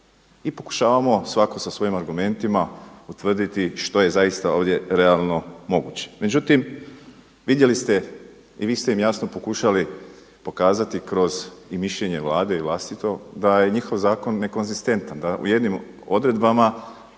i pokušavamo svatko sa svojim argumentima utvrditi što je zaista ovdje realno moguće. Međutim, vidjeli ste i vi ste im jasno pokušali pokazati kroz i mišljenje Vlade i vlastito da je njihov zakon nekonzistentan, da u jednim odredbama